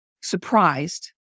surprised